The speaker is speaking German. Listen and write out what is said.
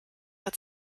hat